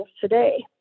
today